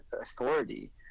authority